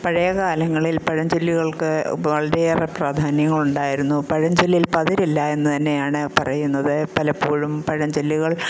പഴയ കാലങ്ങളിൽ പഴഞ്ചൊല്ലുകൾക്ക് വളരെയേറെ പ്രാധാന്യം ഉണ്ടായിരുന്നു പഴഞ്ചൊല്ലിൽ പതിരില്ല എന്നുതന്നെയാണ് പറയുന്നത് പലപ്പോഴും പഴഞ്ചൊല്ലുകൾ